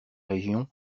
région